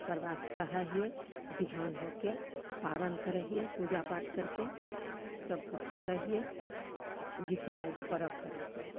ओकर बाद सहै हिए बिहान होके पारन करै हिए पूजा पाठ करिके सबकिछु करै हिए जितिआ एगो परब करै हिए